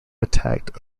attacked